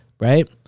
right